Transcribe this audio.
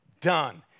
done